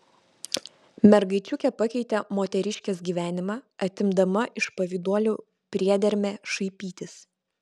mergaičiukė pakeitė moteriškės gyvenimą atimdama iš pavyduolių priedermę šaipytis